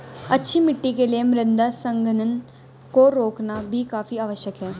अच्छी मिट्टी के लिए मृदा संघनन को रोकना भी काफी आवश्यक है